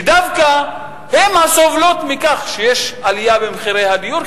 שדווקא הן הסובלות מכך שיש עלייה במחירי הדיור,